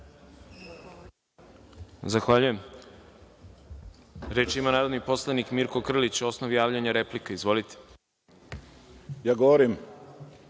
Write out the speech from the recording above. Zahvaljujem. Reč ima narodni poslanik Mirko Krlić, osnovi javljanja replika. Izvolite. **Mirko